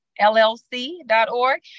LLC.org